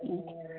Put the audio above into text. ആ